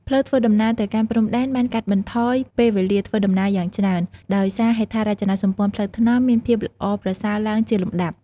ផ្លូវធ្វើដំណើរទៅកាន់ព្រំដែនបានកាត់បន្ថយពេលវេលាធ្វើដំណើរយ៉ាងច្រើន ដោយសារហេដ្ឋារចនាសម្ព័ន្ធផ្លូវថ្នល់មានភាពល្អប្រសើរឡើងជាលំដាប់។